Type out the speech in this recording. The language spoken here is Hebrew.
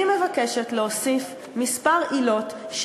אני מבקשת להוסיף כמה עילות,